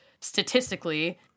statistically